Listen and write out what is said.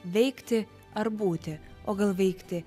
veikti ar būti o gal veikti